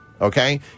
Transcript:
Okay